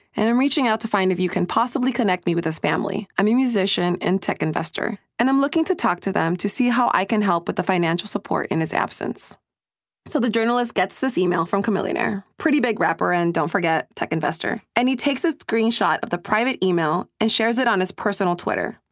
and i'm reaching out to find if you can possibly connect me with his family. i'm a musician and tech investor, and i'm looking to talk to them to see how i can help with the financial support in his absence so the journalist gets this email from chamillionaire, pretty big rapper and, don't forget, tech investor. and he takes a screenshot of the private email and shares it on his personal twitter.